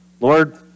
Lord